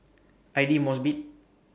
Aidli Mosbit